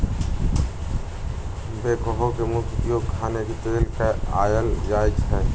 backhoe के मुख्य उपयोग खने के लेल कयल जाइ छइ